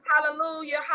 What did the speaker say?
hallelujah